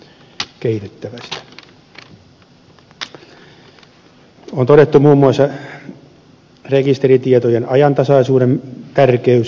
on todettu muun muassa rekisteritietojen ajantasaisuuden tärkeys